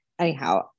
Anyhow